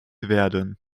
werden